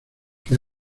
que